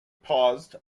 paused